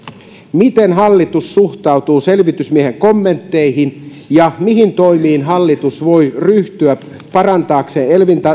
miten hallitus suhtautuu selvitysmiehen kommentteihin ja mihin toimiin hallitus voi ryhtyä parantaakseen